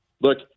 look